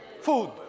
food